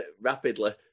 rapidly